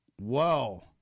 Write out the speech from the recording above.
Whoa